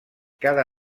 cada